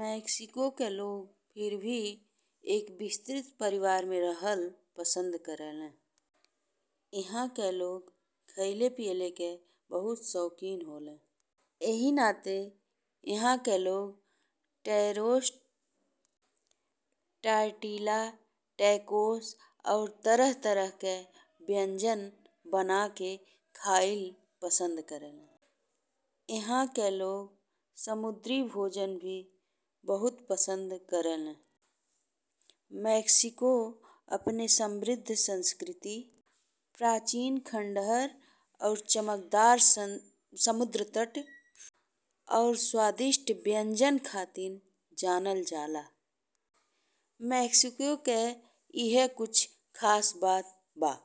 Mexico के लोग फिर भी एक विस्तृत परिवार में रहल पसंद करेले। इहाँ के लोग खइले पियाले के बहुत शौकीन होले। एही नाते इहाँ के लोग तरोस, टार्टीला, टाकोस अउर तरह तरह के व्यंजन बना के खइला पसंद करेले। इहाँ के लोग समुद्री भोजन भी बहुत पसंद करेले। मेक्सिको अपने समृद्ध संस्कृति, प्राचीन खंडहर और चमकदार समुद्र तट और स्वादिष्ट व्यंजन खातिर जानल जाला। मेक्सिको के एह कुछ खास बात बा।